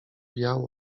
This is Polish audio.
wiał